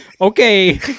okay